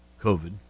COVID